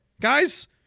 Guys